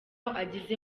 agize